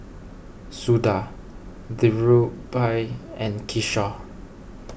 Suda Dhirubhai and Kishore